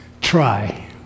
try